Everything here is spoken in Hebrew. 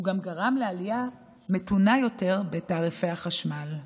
הוא גם גרם לעלייה מתונה יותר בתעריפי החשמל.